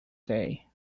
day